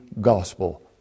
gospel